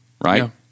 right